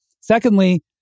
Secondly